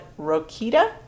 Rokita